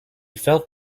felt